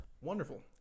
wonderful